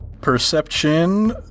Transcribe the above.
perception